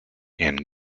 and